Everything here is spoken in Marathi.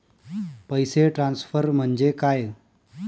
पैसे ट्रान्सफर म्हणजे काय?